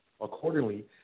Accordingly